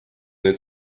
nüüd